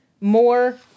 more